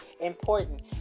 important